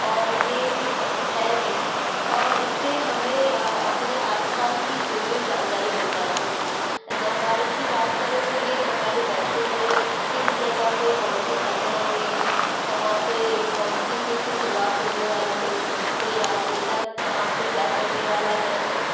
और यह भी है भी और इससे हमें अपने आस पास की जुड़ी हुई जानकारी मिल जाती है नवभारत की बात करें तो यह हमारे बैतुल में किस जगह पर कौनसी घतना हुई कहाँ पर कौन किस चीज़ की शुरुआत होने वाली है कोई राजनेता कहाँ पर क्या करने वाला है